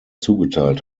zugeteilt